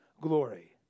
glory